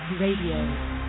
Radio